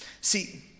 See